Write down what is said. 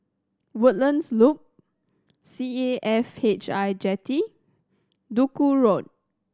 Woodlands Loop C A F H I Jetty Duku Road